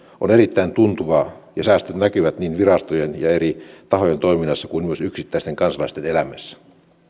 on erittäin tuntuvaa ja säästöt näkyvät niin virastojen ja eri tahojen toiminnassa kuin myös yksittäisten kansalaisten elämässä